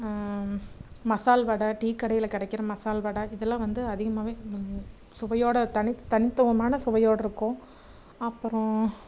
மசால்வடை டீக்கடையில் கிடைக்கிற மசால்வடை இதெல்லாம் வந்து அதிகமாகவே சுவையோடு தனித் தனித்துவமான சுவையோடு இருக்கும் அப்புறம்